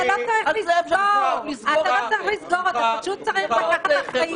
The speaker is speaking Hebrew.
אתה לא צריך לסגור, אתה פשוט צריך לקחת אחריות.